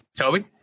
Toby